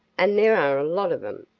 and there are a lot of em,